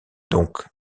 donc